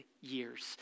years